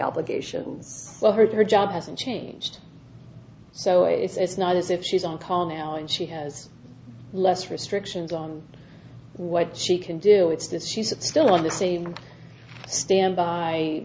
obligations heard her job hasn't changed so it's not as if she's on call now and she has less restrictions on what she can do it's this she's still on the same standby